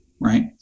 right